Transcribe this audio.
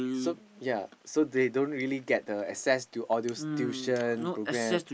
so yea so they don't really get the access to all those tuition program